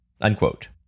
unquote